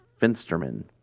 Finsterman